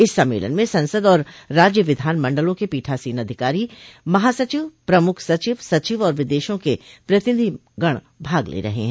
इस सम्मेलन में संसद और राज्य विधानमंडलों के पीठासीन अधिकारी महासचिव प्रमुख सचिव सचिव और विदेशों के प्रतिनिधिगण भाग ले रहे हैं